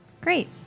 Great